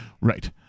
Right